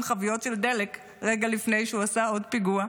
חביות של דלק רגע לפני שהוא עשה עוד פיגוע,